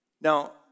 Now